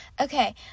okay